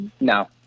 No